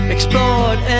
Explored